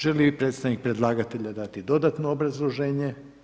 Želi li predstavnik predlagatelja dati dodatno obrazloženje.